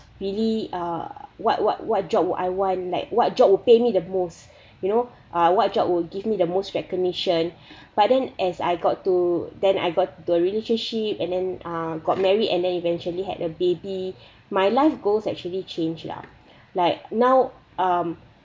really uh what what what job would I want like what job would pay me the most you know uh what job will give me the most recognition but then as I got to then I got the relationship and then ah got married and then eventually had a baby my life goals actually change lah like now um